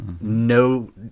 no